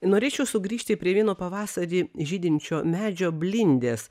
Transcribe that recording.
norėčiau sugrįžti prie vieno pavasarį žydinčio medžio blindės